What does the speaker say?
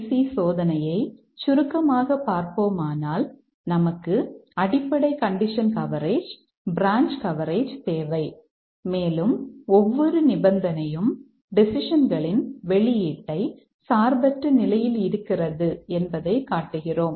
C சோதனையை சுருக்கமாக பார்ப்போமானால் நமக்கு அடிப்படை கண்டிஷன் கவரேஜ் பிரான்ச் கவரேஜ் தேவை மேலும் ஒவ்வொரு நிபந்தனையும் டெசிஷன்களின் வெளியீட்டை சார்பற்ற நிலையில் இருக்கிறது என்பதைக் காட்டுகிறோம்